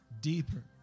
deeper